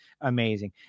amazing